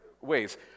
ways